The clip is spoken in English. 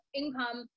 income